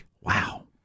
Wow